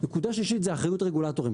נקודה שלישית זה אחריות רגולטורים